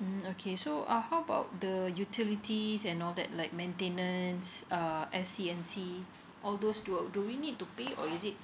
mm okay so uh how about the utilities and all that like maintenance err S_and_C_C all those do we need to pay or is it